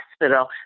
hospital